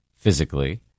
physically